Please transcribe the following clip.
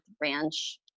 ranch